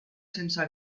sense